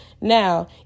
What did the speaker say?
Now